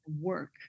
work